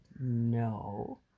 no